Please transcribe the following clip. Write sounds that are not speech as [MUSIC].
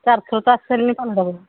ଚାରିଥର ତ ଆସି ସାରିଲିଣି [UNINTELLIGIBLE]